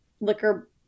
liquor